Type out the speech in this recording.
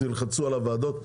תלחצו על הוועדות.